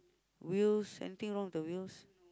wheels anything wrong with the wheels